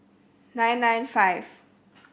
nine nine five